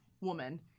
woman